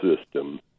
system